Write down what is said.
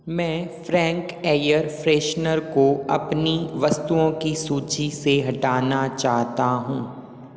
मैं Frank air freshener को अपनी वस्तुओं की सूची से हटाना चाहता हूँ